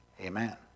Amen